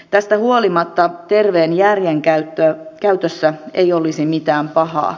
tästä huolimatta terveen järjen käytössä ei olisi mitään pahaa